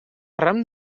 ram